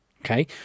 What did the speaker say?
Okay